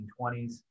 1920s